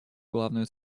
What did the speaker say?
главную